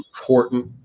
important